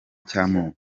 cy’amoko